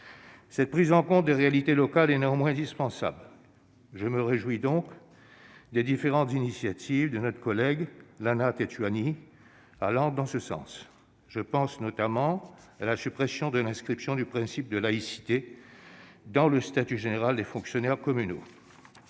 cette prise en compte des réalités locales est indispensable. Je me réjouis donc des différentes initiatives prises en ce sens par notre collègue Lana Tetuanui. Je pense notamment à la suppression de l'inscription du principe de laïcité dans le statut général des fonctionnaires communaux.